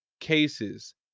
cases